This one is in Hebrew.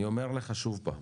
אני אומר לך שוב פעם,